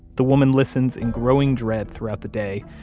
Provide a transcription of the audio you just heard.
the woman listens in growing dread throughout the day,